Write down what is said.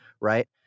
Right